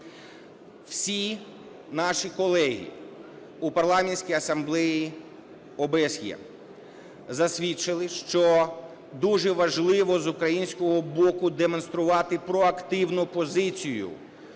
всі наші колеги у Парламентській асамблеї ОСБЄ засвідчили, що дуже важливо з українського боку демонструвати проактивну позицію